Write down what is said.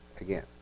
again